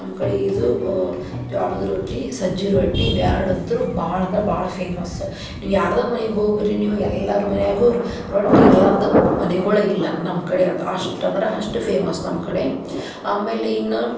ನಮ್ಮ ಕಡೆ ಇದು ಜ್ವಾಳದ ರೊಟ್ಟಿ ಸಜ್ಜೆ ರೊಟ್ಟಿ ಇವು ಎರಡು ಅಂತು ಭಾಳ ಅಂದ್ರೆ ಭಾಳ ಫೇಮಸ್ ನೀವು ಯಾರ್ದೇ ಮನಿಗೆ ಹೋಗಿರಿ ನೀವು ಎಲ್ಲರ ಮನೆಯಾಗೂ ರೊಟ್ಟಿ ಇರ್ಲಾರ್ದ ಮನಿಗಳೇ ಇಲ್ಲ ನಮ್ಮ ಕಡೆ ಅಂತ ಅಷ್ಟು ಅಂದ್ರೆ ಅಷ್ಟು ಫೇಮಸ್ ನಮ್ಮ ಕಡೆ ಆಮೇಲೆ ಇನ್ನು